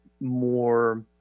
more